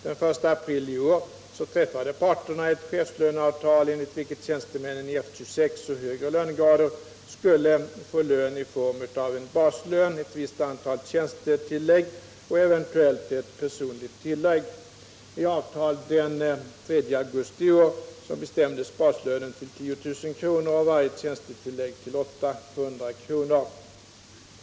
Den 1 april i år träffade parterna ett chefslöneavtal enligt vilket tjänstemän i F 26 och högre lönegrader skulle få lön i form av en baslön, ett visst antal tjänstetillägg och eventuellt ett personligt tillägg. I avtal den 3 augusti i år bestämdes baslönen till 10 000 kr. och varje tjänstetillägg till 800 kr.